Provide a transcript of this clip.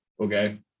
Okay